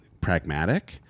pragmatic